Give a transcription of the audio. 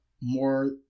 More